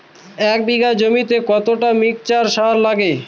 এক বিঘা জমিতে কতটা মিক্সচার সার লাগে?